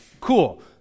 Cool